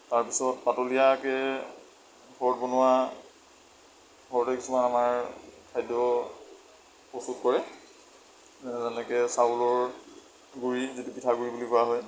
তাৰপিছত পাতলীয়াকৈ ঘৰত বনোৱা ঘৰতে কিছুমান আমাৰ খাদ্য প্ৰস্তুত কৰে যেনেকৈ চাউলৰ গুড়ি যিটো পিঠাগুড়ি বুলি কোৱা হয়